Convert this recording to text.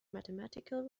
mathematical